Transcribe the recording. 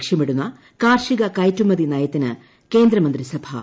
ലക്ഷൃമിടുന്ന കാർഷിക കയറ്റുമതി നയത്തിന് കേന്ദ്രമന്ത്രി സഭ അനുമതി